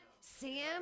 Sam